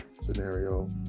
scenario